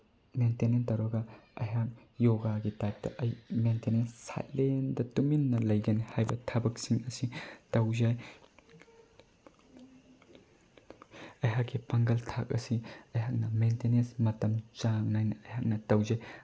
maintenance ꯇꯧꯔꯒ ꯑꯩꯍꯥꯛ ꯌꯣꯒꯥꯒꯤ ꯇꯥꯏꯞꯇ ꯑꯩ ꯃꯦꯟꯇꯦꯟꯅꯦꯟꯁ ꯁꯥꯏꯂꯦꯟꯗ ꯇꯨꯃꯤꯟꯅ ꯂꯩꯒꯅꯤ ꯍꯥꯏꯕ ꯊꯕꯛꯁꯤꯡ ꯑꯁꯤ ꯇꯧꯖꯩ ꯑꯩꯍꯥꯛꯀꯤ ꯄꯥꯡꯒꯜ ꯊꯥꯛ ꯑꯁꯤ ꯑꯩꯍꯥꯛꯅ ꯃꯦꯟꯇꯦꯅꯦꯟꯁ ꯃꯇꯝ ꯆꯥꯡ ꯅꯥꯏꯅ ꯑꯩꯍꯥꯛꯅ ꯇꯧꯖꯩ